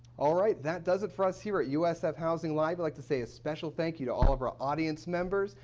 all right. that does it for us here at usf housing live. i would like to say a special thank you to all of our audience members,